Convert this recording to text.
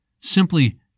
simply